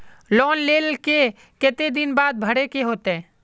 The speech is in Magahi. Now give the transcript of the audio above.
लोन लेल के केते दिन बाद भरे के होते?